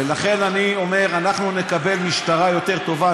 לכן אני אומר, אנחנו נקבל משטרה יותר טובה.